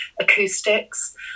acoustics